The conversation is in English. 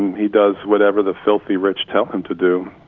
he does whatever the filthy rich help them to do